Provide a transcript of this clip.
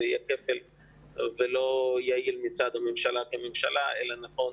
זה יהיה כפל ולא יעיל מצד הממשלה, אלא נכון